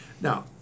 Now